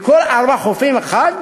מכל ארבעה חופים אחד,